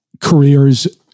careers